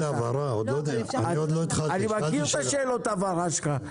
שאלתי אם